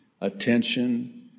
attention